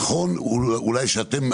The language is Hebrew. נכון אולי שאתם,